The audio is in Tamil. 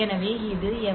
எனவே இது எஃப்